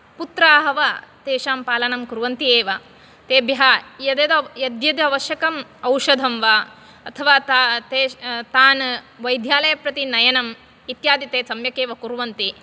पुत्राः वा तेषां पालनं कुर्वन्ति एव तेभ्यः यद्यद यद् यद् अवश्यकम् औषधं वा अथवा ता तेष् तान् वैद्यालयं प्रति नयनं इत्यादि ते सम्यक् एव कुर्वन्ति